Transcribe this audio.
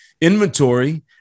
Inventory